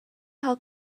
how